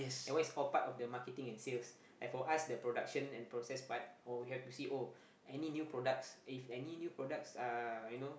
that one is all part of the marketing and sales like for us the production and process part oh we have to see oh any new products if any new products uh you know